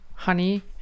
honey